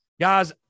Guys